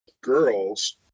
girls